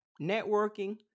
networking